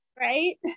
Right